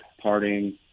parting